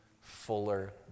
fuller